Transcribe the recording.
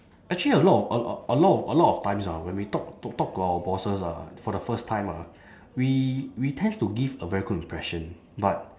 actually a lot of a a lot a lot of times ah when we talk talk talk to our bosses ah for the first time ah we we tend to give a very good impression but